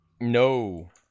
No